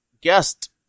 guest